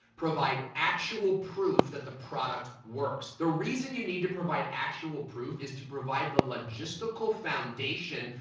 provide actual proof that the product works. the reason you need to provide actual proof is to provide the logistical foundation,